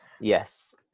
Yes